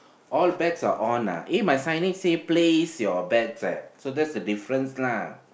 all bets are on ah eh my signage say placed your bets eh so that's the difference lah